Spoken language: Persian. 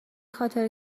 خاطر